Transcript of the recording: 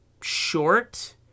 short